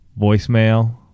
voicemail